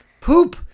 poop